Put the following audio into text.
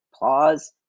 pause